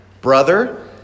brother